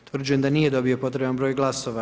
Utvrđujem da nije dobio potrebni broj glasova.